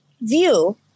view